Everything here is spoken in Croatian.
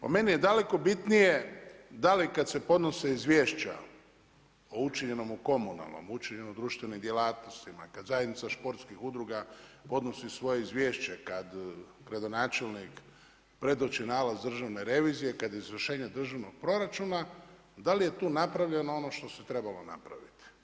Po meni je daleko bitnije, da li kad se podnose izvješća o učinjenom o komunalnom, učinjenom u društvenim djelatnostima, kad zajednica športskih udruga podnosi svoje izvješće, kad gradonačelnik predoči nalaz Državne revizije, kad je izvršenje državnog proračuna, dali je tu napravljeno ono što se trebalo napraviti?